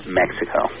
mexico